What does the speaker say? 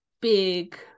big